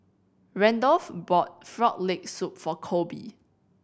Randolph bought Frog Leg Soup for Colby